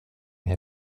herr